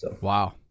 Wow